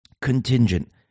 contingent